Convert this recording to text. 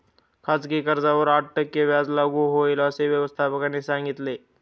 खाजगी कर्जावर आठ टक्के व्याज लागू होईल, असे व्यवस्थापकाने सांगितले